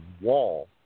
wall